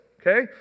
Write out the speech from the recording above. okay